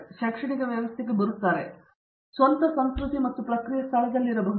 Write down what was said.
ಮತ್ತು ಅವರು ಶೈಕ್ಷಣಿಕ ವ್ಯವಸ್ಥೆಗೆ ಬರುತ್ತಿದ್ದಾರೆ ಅದು ಸ್ವಂತ ಸಂಸ್ಕೃತಿ ಮತ್ತು ಪ್ರಕ್ರಿಯೆ ಸ್ಥಳದಲ್ಲಿರಬಹುದು